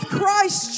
Christ